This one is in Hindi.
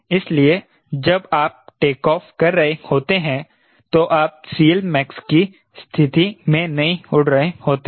इसलिए जब आप टेक ऑफ कर रहे होते हैं तो आप CLmax की स्थिति में नहीं उड़ रहे होते हैं